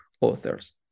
authors